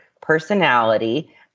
personality